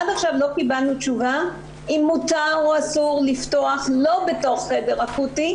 עד עכשיו לא קיבלנו תשובה אם מותר או אסור לפתוח לא בתוך חדר אקוטי,